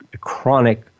chronic